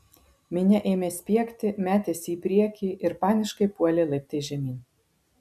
minia ėmė spiegti metėsi į priekį ir paniškai puolė laiptais žemyn